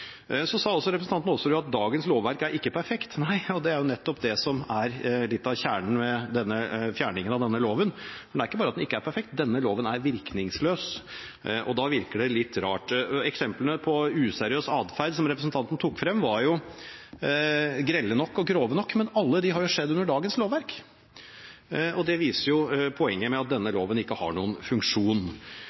Så sa representanten Aasrud også at dagens lovverk ikke er perfekt. Nei, det er nettopp det som er litt av kjernen ved fjerningen av denne loven. Det er ikke bare det at den ikke er perfekt. Denne loven er virkningsløs, og da virker det litt rart. Eksemplene på useriøs atferd som representanten tok frem, var grelle og grove nok, men alt har skjedd under dagens lovverk. Det viser poenget – at denne loven ikke har noen funksjon.